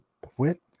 quit